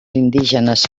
indígenes